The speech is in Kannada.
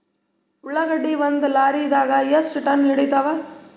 ಉಳ್ಳಾಗಡ್ಡಿ ಒಂದ ಲಾರಿದಾಗ ಎಷ್ಟ ಟನ್ ಹಿಡಿತ್ತಾವ?